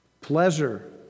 pleasure